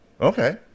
okay